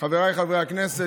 חבריי חברי הכנסת,